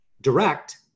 direct